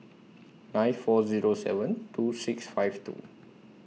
nine four Zero seven two six five two